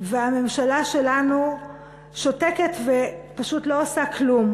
והממשלה שלנו שותקת ופשוט לא עושה כלום.